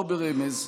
לא ברמז,